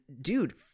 dude